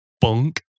Bunk